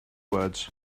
words